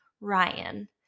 Ryan